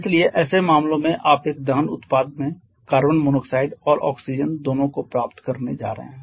इसलिए ऐसे मामलों में आप एक दहन उत्पाद में कार्बन मोनोऑक्साइड और ऑक्सीजन दोनों को प्राप्त करने जा रहे हैं